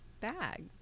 bag